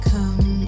Come